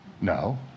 No